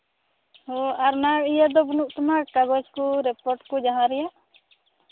ᱦᱮᱸ ᱟᱨ ᱚᱱᱟ ᱤᱭᱟᱹ ᱫᱚ ᱵᱟᱹᱱᱩᱜ ᱛᱟᱢᱟ ᱠᱟᱜᱚᱡᱽ ᱠᱚ ᱨᱤᱯᱳᱨᱴ ᱠᱚ ᱡᱟᱦᱟᱸ ᱨᱮᱭᱟᱜ